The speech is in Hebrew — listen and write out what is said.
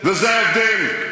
וזה ההבדל.